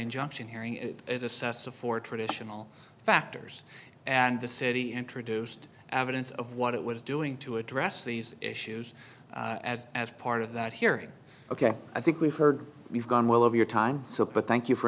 injunction hearing it assessed for traditional factors and the city introduced evidence of what it was doing to address these issues as as part of that hearing ok i think we've heard we've gone well over your time so but thank you for